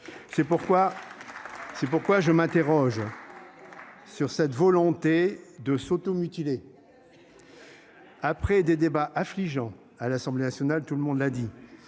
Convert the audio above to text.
C'est pourquoi je m'interroge. Sur cette volonté de s'auto-mutiler. Après des débats affligeant à l'Assemblée nationale, tout le monde l'a dit